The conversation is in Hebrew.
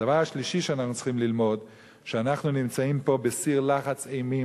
והדבר השלישי שאנחנו צריכים ללמוד הוא שאנחנו נמצאים פה בסיר לחץ-אימים.